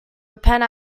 repent